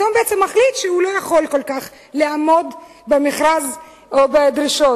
פתאום בעצם מחליט שהוא לא יכול כל כך לעמוד במכרז או בדרישות.